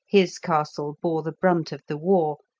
his castle bore the brunt of the war,